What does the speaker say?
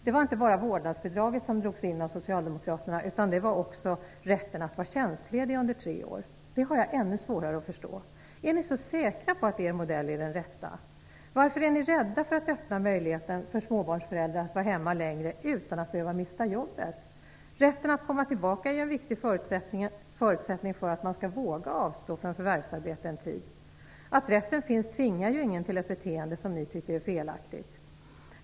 Det var inte bara vårdnadsbidraget som drogs in av Socialdemokraterna utan också rätten att vara tjänstledig under tre år. Detta har jag ännu svårare att förstå. Är ni så säkra på att er modell är den rätta? Varför är ni rädda för att öppna möjligheten för småbarnsföräldrar att vara hemma längre utan att behöva mista jobbet? Rätten att få komma tillbaka är ju en viktig förutsättning för att man skall våga avstå från förvärvsarbete under en tid. Att rätten finns tvingar ju ingen till ett beteende som ni tycker är felaktigt.